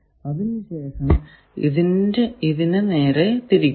അതിനു ശേഷം ഇതിനെ നേരെ തിരിക്കുക